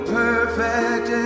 perfect